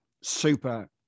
super